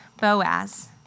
Boaz